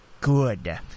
good